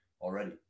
already